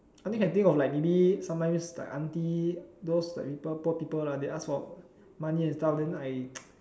I can only think of like maybe sometimes like auntie those like poor people they ask for money and stuff and then I